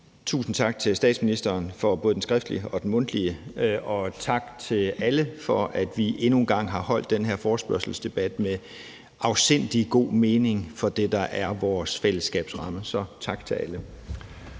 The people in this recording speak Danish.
tusind tak til statsministeren for både den skriftlige og den mundtlige redegørelse, og tak til alle for, at vi endnu en gang har holdt den her forespørgselsdebat, som giver afsindig god mening for det, der er vores fællesskabs ramme. Så tak til alle.